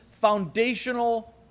foundational